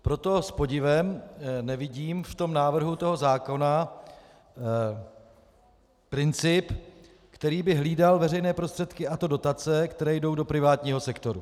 Proto s podivem nevidím v tom návrhu zákona princip, který by hlídal veřejné prostředky, a to dotace, které jdou do privátního sektoru.